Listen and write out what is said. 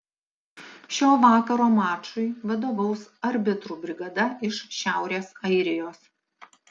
šio vakaro mačui vadovaus arbitrų brigada iš šiaurės airijos